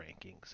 Rankings